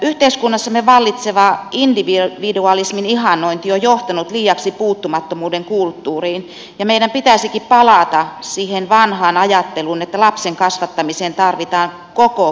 yhteiskunnassamme vallitseva individualismin ihannointi on johtanut liiaksi puuttumattomuuden kulttuuriin ja meidän pitäisikin palata siihen vanhaan ajatteluun että lapsen kasvattamiseen tarvitaan koko kylä